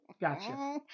Gotcha